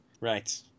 Right